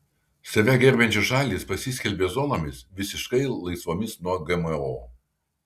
save gerbiančios šalys pasiskelbė zonomis visiškai laisvomis nuo gmo